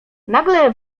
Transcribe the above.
nagle